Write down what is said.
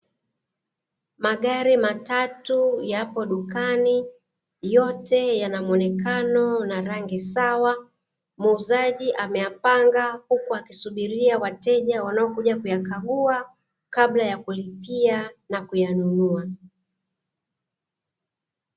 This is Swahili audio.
Magari matatu yapo dukani yote yanamuonekano na rangi sawa muuzaji ameyapanga, huku akisubiria wateja wanaokuja kuyakagua kabla ya kuyalipia na kuja kuyanunua.